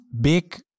big